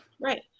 Right